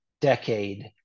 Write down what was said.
decade